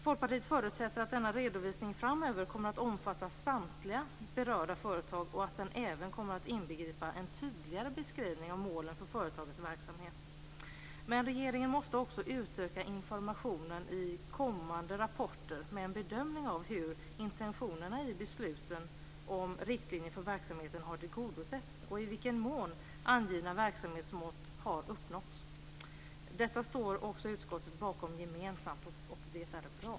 Folkpartiet förutsätter att denna redovisning framöver kommer att omfatta samtliga berörda företag och att den även kommer att inbegripa en tydligare beskrivning av målen för företagets verksamhet. Men regeringen måste också utöka informationen i kommande rapporter med en bedömning av hur intentionerna i besluten om riktlinjer för verksamheter har tillgodosetts och i vilken mån angivna verksamhetsmål har uppnåtts. Detta står också utskottet bakom gemensamt, och det är bra.